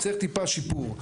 צריך טיפה שיפור.